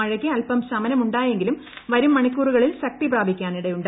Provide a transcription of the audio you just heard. മഴയ്ക്ക് അല്പം ശമനമുണ്ടായെങ്കിലും വരും മണിക്കുറുകളിൽ ശക്തി പ്രാപിക്കാനിടയുണ്ട്